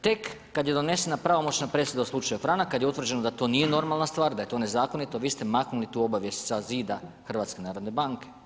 Tek kada je donesena pravomoćna presuda u slučaju Franak kada je utvrđeno da to nije normalna stvar da je to nezakonito vi ste maknuli tu obavijest sa zida HNB-a.